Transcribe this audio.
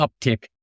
uptick